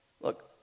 Look